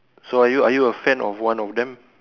so are you are you a fan of one of them